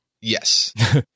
Yes